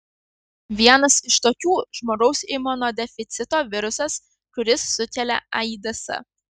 vienas iš tokių žmogaus imunodeficito virusas kuris sukelia aids